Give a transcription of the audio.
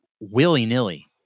willy-nilly